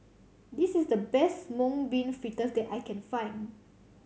this is the best Mung Bean Fritters that I can find